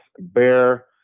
Bear